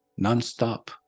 nonstop